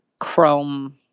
chrome